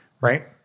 right